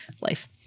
life